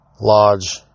Lodge